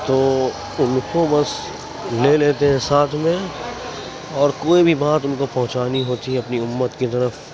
تو ان کو بس لے لیتے ہیں ساتھ میں اور کوئی بھی بات ان کو پہنچانی ہوتی ہے اپنی امت کی طرف